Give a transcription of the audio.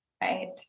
Right